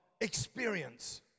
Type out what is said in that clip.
experience